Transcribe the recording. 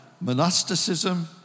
monasticism